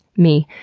me,